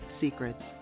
Secrets